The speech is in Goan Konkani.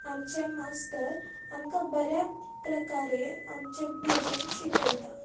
आमचे मास्तर आमकां बऱ्या प्रकारे आमचें भजन शिकयता